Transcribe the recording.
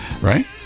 right